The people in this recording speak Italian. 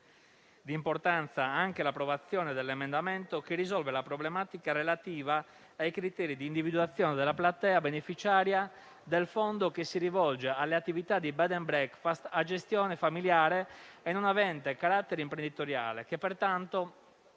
di importanza anche l'approvazione dell'emendamento che risolve la problematica relativa ai criteri di individuazione della platea beneficiaria del fondo che si rivolge alle attività di *bed and breakfast* a gestione familiare e non avente carattere imprenditoriale, che pertanto